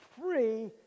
free